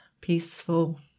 peaceful